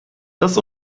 das